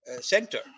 center